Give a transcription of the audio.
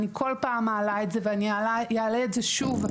אני כל פעם מעלה את זה ואני אעלה את זה שוב,